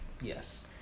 Yes